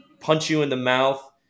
punch-you-in-the-mouth